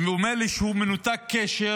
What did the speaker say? ואומר לי שהוא מנותק קשר,